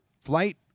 Flight